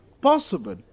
possible